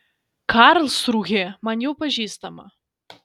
karlsrūhė man jau pažįstama